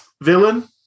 Villain